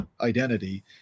identity